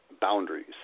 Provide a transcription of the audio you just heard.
boundaries